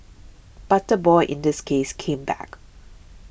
but the boy in this case came back